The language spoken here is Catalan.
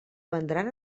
vendran